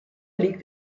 liegt